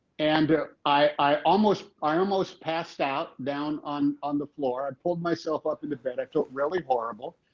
and i almost i almost passed out down on on the floor. i pulled myself up in the bed, i felt really horrible.